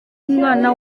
umwana